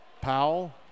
Powell